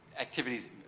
activities